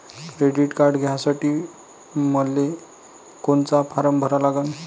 Credit card घ्यासाठी मले कोनचा फारम भरा लागन?